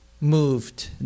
moved